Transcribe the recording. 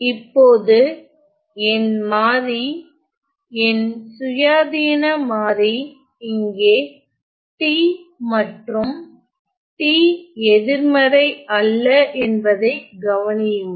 இப்போது என் மாறி என் சுயாதீன மாறி இங்கே t மற்றும் t எதிர்மறை அல்ல என்பதை கவனியுங்கள்